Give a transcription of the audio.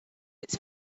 its